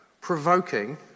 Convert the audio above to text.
provoking